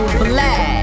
black